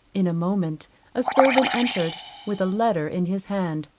in a moment a servant entered with a letter in his hand.